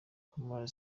kamali